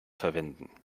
verwenden